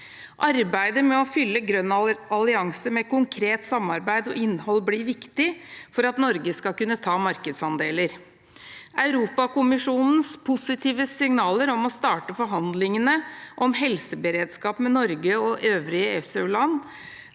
Arbeidet med å fylle Grønn allianse med konkret samarbeid og innhold blir viktig for at Norge skal kunne ta markedsandeler. Europakommisjonens positive signaler om å starte forhandlingene om helseberedskap med Norge og øvrige EFTA-land